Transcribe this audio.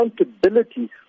accountability